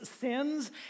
sins